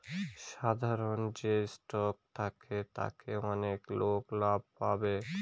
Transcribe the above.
সাধারন যে স্টক থাকে তাতে অনেক লোক ভাগ পাবে